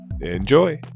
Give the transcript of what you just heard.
Enjoy